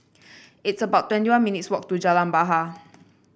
it's about twenty one minutes' walk to Jalan Bahar